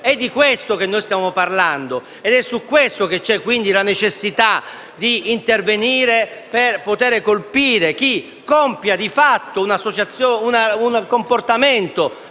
È di questo che stiamo parlando, ed è quindi su questo che c'è la necessità d'intervenire per poter colpire chi attui di fatto un comportamento